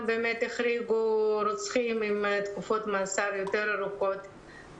החריגו רוצחים עם תקופות מאסר ארוכות יותר,